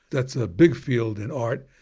that's a big field in art,